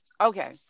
Okay